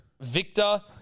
Victor